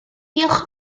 diolch